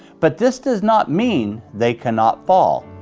but this does not mean they cannot fall.